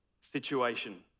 situation